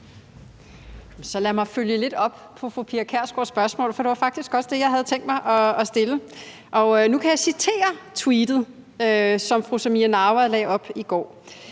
Lad mig følge lidt op på fru Pia Kjærsgaards spørgsmål, for det var faktisk det samme spørgsmål, jeg havde tænkt mig at stille. Og nu kan jeg citere tweetet, som fru Samira Nawa lagde op i går: